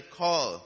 call